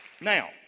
Now